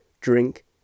drink